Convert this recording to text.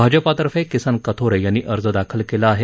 भाजपातर्फे किसन कथोरे यांनी अर्ज दाखल केला आहे